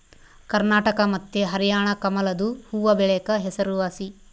ಕರ್ನಾಟಕ ಮತ್ತೆ ಹರ್ಯಾಣ ಕಮಲದು ಹೂವ್ವಬೆಳೆಕ ಹೆಸರುವಾಸಿ